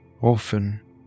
often